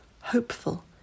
hopeful